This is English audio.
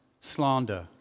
slander